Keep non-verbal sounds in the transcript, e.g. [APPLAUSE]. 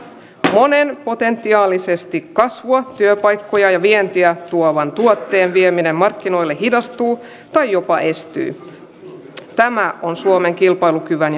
monen potentiaalisesti kasvua työpaikkoja ja vientiä tuovan tuotteen vieminen markkinoille hidastuu tai jopa estyy tämä on suomen kilpailukyvyn [UNINTELLIGIBLE]